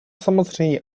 samozřejmě